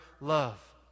love